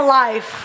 life